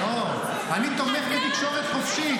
לא, אני תומך בתקשורת חופשית.